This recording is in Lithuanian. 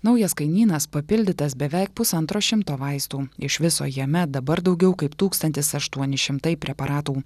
naujas kainynas papildytas beveik pusantro šimto vaistų iš viso jame dabar daugiau kaip tūkstantis aštuoni šimtai preparatų